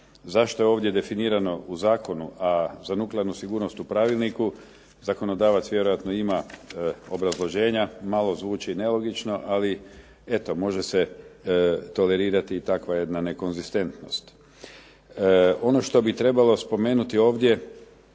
Zašto je ovdje definirano u zakonu, a za nuklearnu sigurnost u pravilniku? Zakonodavac vjerojatno ima obrazloženja. Malo zvuči nelogično ali eto može se tolerirati i takva jedna nekonzistentnost. Ono što bi trebalo spomenuti ovdje